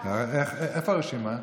איפה הרשימה?